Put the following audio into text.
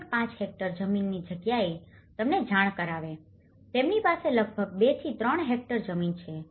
5 hectare જમીનની જગ્યાએ તમને જાણ કરાવે તેમની પાસે લગભગ 2 થી 3 હેક્ટર જમીન છે